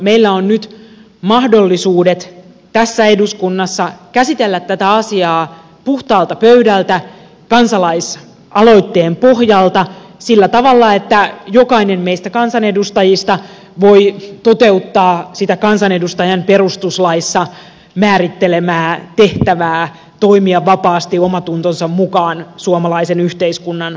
meillä on nyt mahdollisuudet tässä eduskunnassa käsitellä tätä asiaa puhtaalta pöydältä kansalaisaloitteen pohjalta sillä tavalla että jokainen meistä kansanedustajista voi toteuttaa sitä perustuslain määrittelemää kansanedustajan tehtävää toimia vapaasti omantuntonsa mukaan suomalaisen yhteiskunnan parhaaksi